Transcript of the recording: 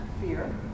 Fear